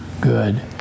good